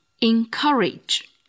encourage